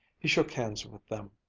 he shook hands with them,